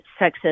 sexist